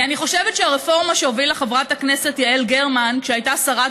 אני חושבת שהרפורמה שהובילה חברת הכנסת יעל גרמן כשהייתה שרת